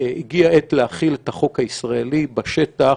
הגיעה העת להחיל את החוק הישראלי בשטח,